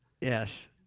Yes